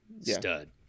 Stud